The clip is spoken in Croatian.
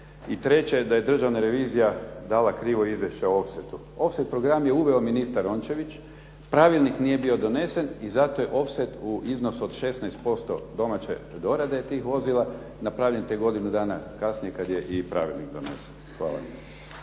I treće, da je Državna revizija dala krivo izvješće offsetu. Offset program je uveo ministar Rončević, pravilnik nije bio donesen i zato je offset u iznosu od 16% domaće dorade tih vozila napravljen te godine dana kasnije kada je i pravilnik donesen. Hvala